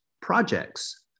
projects